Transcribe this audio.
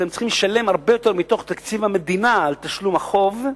אתם צריכים לשלם הרבה יותר מתוך תקציב המדינה על תשלום החוב,